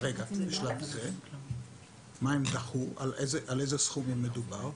על איזה סכומים מדובר?